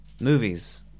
movies